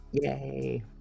yay